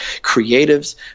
creatives